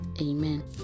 amen